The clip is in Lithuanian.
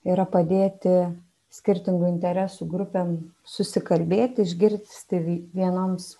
yra padėti skirtingų interesų grupėm susikalbėti išgirsti vienoms